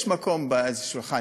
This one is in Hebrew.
יש מקום באיזה שולחן?